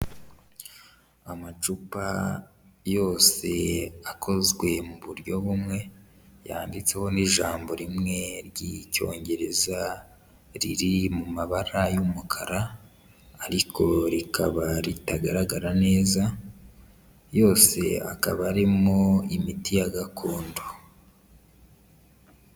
Amacupa yose akozwe mu buryo bumwe, yanditseho n'ijambo rimwe ry'Icyongereza riri mu mabara y'umukara ariko rikaba ritagaragara neza, yose akaba arimo imiti ya gakondo.